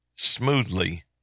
Smoothly